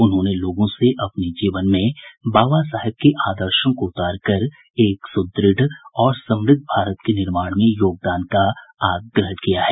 उन्होंने लोगों से अपने जीवन में बाबा साहेब के आदर्शों को उतारकर एक सुद्रढ़ और समृद्ध भारत के निर्माण में योगदान का आग्रह किया है